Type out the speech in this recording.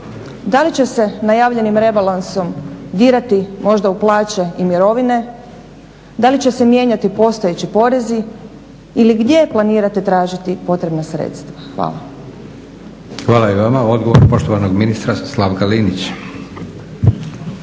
da li će se najavljenim rebalansom dirati možda u plaće i mirovine, da li će se mijenjati postojeći porezi ili gdje planirate tražiti potrebna sredstva. Hvala. **Leko, Josip (SDP)** Hvala i vama. Odgovor poštovanog ministra Slavka Linića.